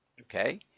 okay